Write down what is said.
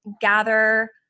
gather